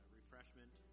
refreshment